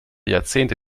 jahrzehnte